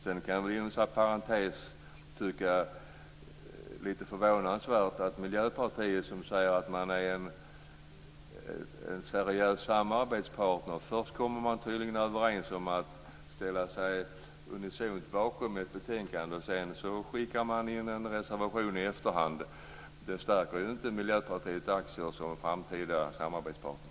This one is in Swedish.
Sedan kan vi inom parentes tycka att det är lite förvånansvärt att Miljöpartiet, som säger att man är en seriös samarbetspartner, först kommer överens om att ställa sig unisont bakom ett betänkande och sedan skickar in en reservation i efterhand. Det stärker inte Miljöpartiets aktier som framtida samarbetspartner.